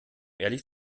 ehrlich